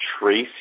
Tracy